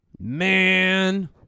man